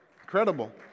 Incredible